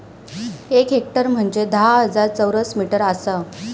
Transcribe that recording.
एक हेक्टर म्हंजे धा हजार चौरस मीटर आसा